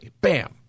Bam